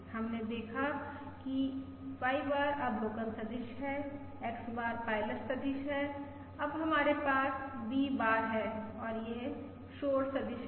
हमने देखा है कि Y बार अवलोकन सदिश है X बार पायलट सदिश है अब हमारे पास V बार है और यह शोर सदिश है